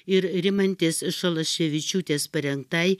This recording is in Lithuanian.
ir rimantės šalaševičiūtės parengtai